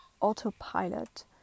autopilot